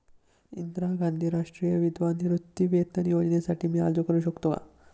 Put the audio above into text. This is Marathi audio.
इंदिरा गांधी राष्ट्रीय विधवा निवृत्तीवेतन योजनेसाठी मी अर्ज करू शकतो?